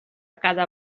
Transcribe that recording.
cada